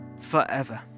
forever